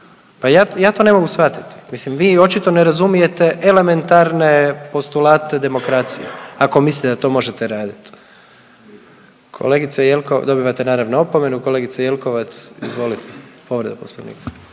pa ja to ne mogu shvatiti. Mislim vi očito ne razumijete elementarne postulate demokracije ako mislite da to možete radit. Dobivate naravno opomenu. Kolegice Jelkovac izvolite,